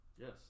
Yes